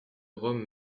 rome